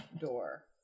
door